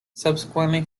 subsequently